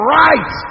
right